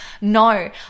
No